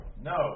No